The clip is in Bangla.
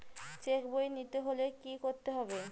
চেক বই নিতে হলে কি করতে হবে?